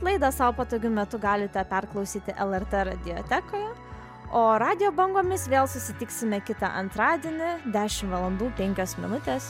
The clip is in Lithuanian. laidą sau patogiu metu galite perklausyti lrt radiotekoje o radijo bangomis vėl susitiksime kitą antradienį dešim valandų penkios minutės